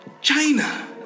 China